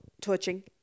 touching